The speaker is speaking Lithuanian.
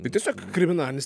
tai tiesiog kriminalinis